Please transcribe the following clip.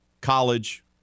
college